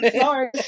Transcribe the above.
sorry